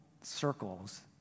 circles